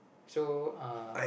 so uh